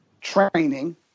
training